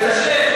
בעזרת השם.